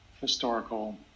historical